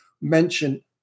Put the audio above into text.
mention